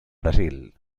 brasil